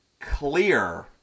clear